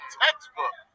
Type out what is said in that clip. textbook